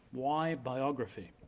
why biography?